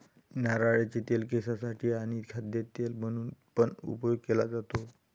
नारळाचे तेल केसांसाठी आणी खाद्य तेल म्हणून पण उपयोग केले जातो